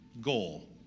goal